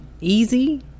easy